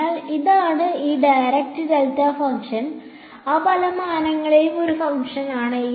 അതിനാൽ ഇതാണ് ഈ ഡയറക് ഡെൽറ്റ ഫംഗ്ഷൻ ആ പല മാനങ്ങളിലുള്ള ഒരു ഫംഗ്ഷനാണ്